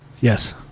Yes